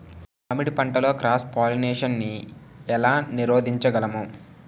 మామిడి పంటలో cross pollination నీ ఏల నీరోధించగలము?